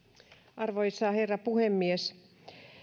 arvoisa herra puhemies